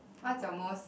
what's your most